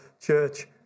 church